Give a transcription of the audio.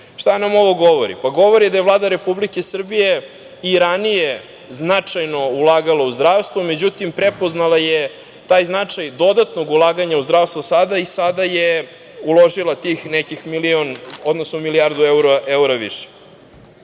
nam ovo govori? Govori da je Vlada Republike Srbije i ranije značajno ulagala u zdravstvo. Međutim, prepoznala je taj značaj dodatnog ulaganja u zdravstvo i sada i sada je uložila tih nekih milijardu evra više. Jasno